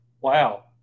Wow